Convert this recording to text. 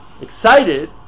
excited